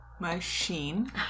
Machine